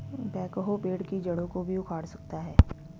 backhoe पेड़ की जड़ों को भी उखाड़ सकता है